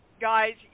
guys